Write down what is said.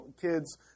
kids